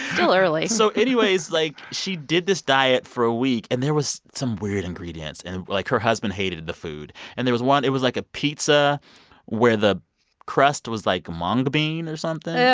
still early so anyways, like, she did this diet for a week. and there was some weird ingredients. and it like, her husband hated the food. and there was one it was like a pizza where the crust was, like, mung bean or something. yeah